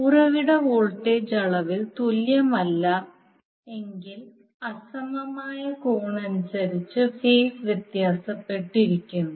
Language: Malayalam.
ഉറവിട വോൾട്ടേജ് അളവിൽ തുല്യമല്ല എങ്കിൽ അസമമായ കോണനുസരിച്ച് ഫേസ് വ്യത്യാസപ്പെട്ടിരിക്കുന്നു